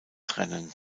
rennen